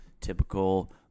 Typical